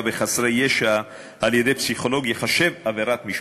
בחסרי ישע על-ידי פסיכולוג ייחשב עבירת משמעת.